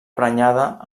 prenyada